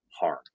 harm